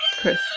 Chris